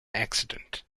accident